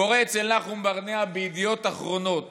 קורא אצל נחום ברנע בידיעות אחרונות